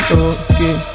okay